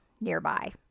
nearby